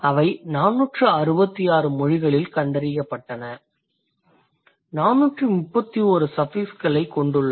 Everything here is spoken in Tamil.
அவை 466 மொழிகளில் கண்டறியப்பட்டன 431 சஃபிக்ஸ்களைக் கொண்டுள்ளன